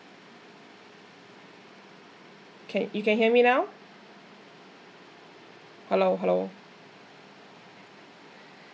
okay you can hear me now hello hello